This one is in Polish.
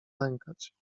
lękać